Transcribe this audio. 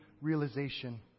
realization